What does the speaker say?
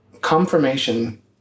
confirmation